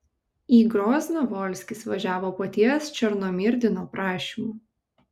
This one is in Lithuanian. į grozną volskis važiavo paties černomyrdino prašymu